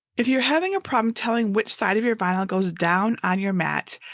if you're having a problem telling which side of your vinyl goes down on your mat,